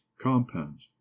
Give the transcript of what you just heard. compounds